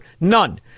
None